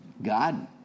God